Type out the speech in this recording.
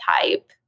type